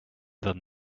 than